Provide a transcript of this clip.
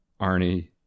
Arnie